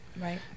Right